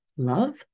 Love